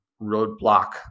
roadblock